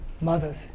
mothers